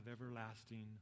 everlasting